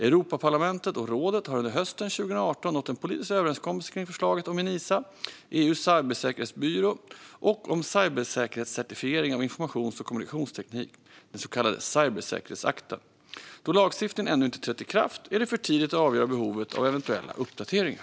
Europaparlamentet och rådet har under hösten 2018 nått en politisk överenskommelse kring förslaget om Enisa, EU:s cybersäkerhetsbyrå, och om cybersäkerhetscertifiering av informations och kommunikationsteknik, den så kallade cybersäkerhetsakten. Då lagstiftningen ännu inte trätt i kraft är det för tidigt att avgöra behovet av eventuella uppdateringar.